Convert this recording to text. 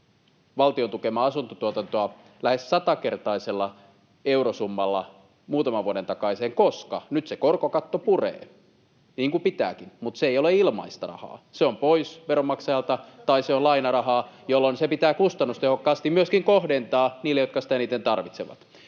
valtion tukemaa asuntotuotantoa lähes satakertaisella eurosummalla muutaman vuoden takaiseen verrattuna, koska nyt se korkokatto puree, niin kuin pitääkin. Mutta se ei ole ilmaista rahaa. Se on pois veronmaksajalta [Pia Viitasen välihuuto] tai se on lainarahaa, jolloin se pitää kustannustehokkaasti myöskin kohdentaa niille, jotka sitä eniten tarvitsevat.